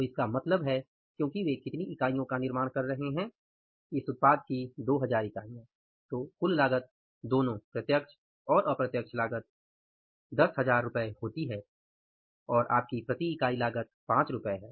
तो इसका मतलब है क्योंकि वे कितनी इकाइयों का निर्माण कर रहे हैं इस उत्पाद की २००० इकाइयाँ तो कुल लागत दोनों प्रत्यक्ष और अप्रत्यक्ष लागत १०००० रु होती है और आपकी प्रति इकाई लागत ५ रु है